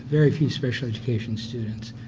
very few special education students,